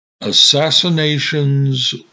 Assassinations